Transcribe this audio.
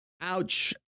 Ouch